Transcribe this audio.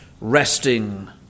resting